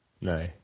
No